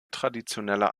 traditioneller